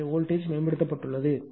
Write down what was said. எனவே வோல்டேஜ்மேம்படுத்தப்பட்டுள்ளது